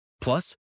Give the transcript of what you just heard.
Plus